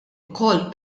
ukoll